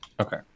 Okay